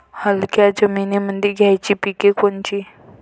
हलक्या जमीनीमंदी घ्यायची पिके कोनची?